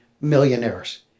millionaires